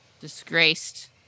Disgraced